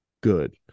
good